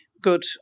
good